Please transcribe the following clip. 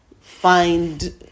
find